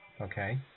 Okay